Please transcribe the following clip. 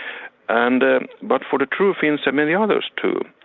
and ah but for the true finns, and many others too,